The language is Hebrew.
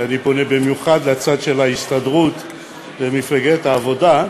ואני פונה במיוחד לצד של ההסתדרות ומפלגת העבודה,